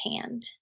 hand